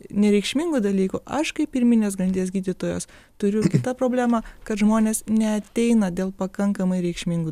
nereikšmingų dalykų aš kaip pirminės grandies gydytojas turiu kitą problemą kad žmonės neateina dėl pakankamai reikšmingų